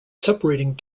separating